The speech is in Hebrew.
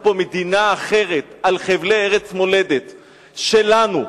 פה מדינה אחרת על חבלי ארץ מולדת שלנו,